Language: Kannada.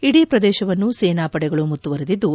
ಇಡೀ ಪ್ರದೇಶವನ್ನು ಸೇನಾಪಡೆಗಳು ಸುತ್ತುವರೆದಿದ್ದು